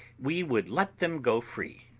we would let them go free.